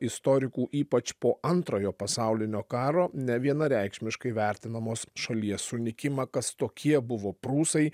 istorikų ypač po antrojo pasaulinio karo nevienareikšmiškai vertinamos šalies sunykimą kas tokie buvo prūsai